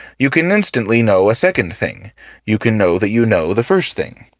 you can instantly know a second thing you can know that you know the first thing.